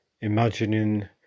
Imagining